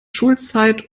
schulzeit